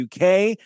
UK